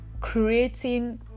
Creating